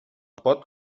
pot